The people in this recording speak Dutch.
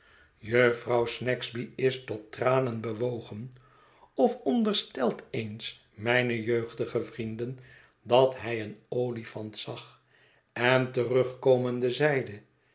jufvrouw snagsby is tot tranen bewogen of onderstelt eens mijne jeugdige vrienden dat hij een olifant zag en terugkomende zeide